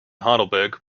heidelberg